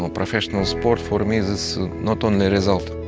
and professional sport, for me is is not only result.